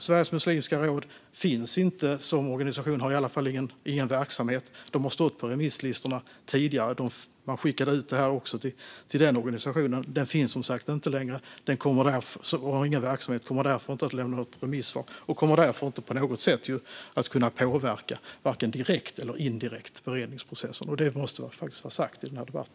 Sveriges muslimska råd har stått på remisslistorna tidigare men har som sagt inte längre någon verksamhet. Man kommer därför inte att lämna något remissvar och kommer inte på något sätt, direkt eller indirekt, att kunna påverka beredningsprocessen. Det måste bli sagt i denna debatt.